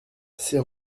ces